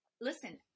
Listen